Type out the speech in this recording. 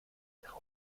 ihre